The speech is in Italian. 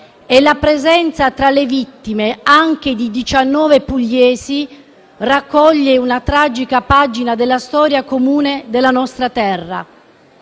e la presenza tra le vittime anche di diciannove pugliesi raccoglie una tragica pagina della storia comune della nostra terra;